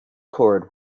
cord